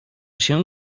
się